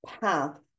path